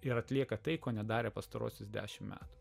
ir atlieka tai ko nedarė pastaruosius dešimt metų